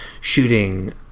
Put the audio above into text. shooting